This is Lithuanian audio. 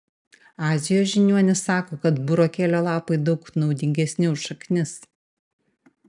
azijos žiniuonys sako kad burokėlio lapai daug naudingesni už šaknis